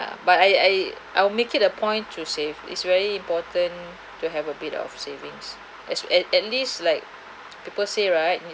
but I I I'll make it a point to save is very important to have a bit of savings is at at least like people say right